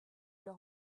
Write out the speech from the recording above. leur